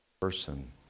person